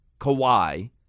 Kawhi